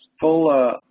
full